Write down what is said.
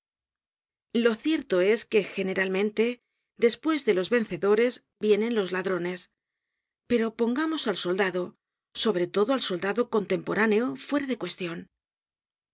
lo cierto es que generalmente después de los vencedores vienen los ladrones pero pongamos al soldado sobre todo al soldado contemporáneo fuera de cuestion